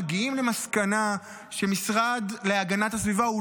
מגיעים למסקנה שהמשרד להגנת הסביבה הוא